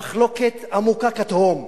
מחלוקת עמוקה כתהום,